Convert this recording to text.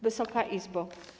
Wysoka Izbo!